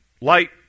light